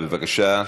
בבקשה,